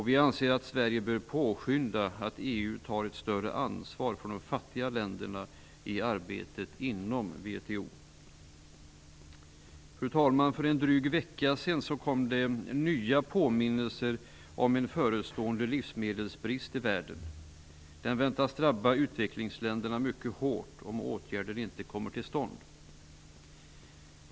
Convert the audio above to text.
Vi anser att Sverige bör påskynda att EU tar ett större ansvar för de fattiga länderna i arbetet inom Fru talman! För en dryg vecka sedan kom det nya påminnelser om en förestående livsmedelsbrist i världen. Den väntas drabba utvecklingsländerna mycket hårt, om åtgärder inte kommer till stånd.